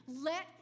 let